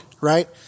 Right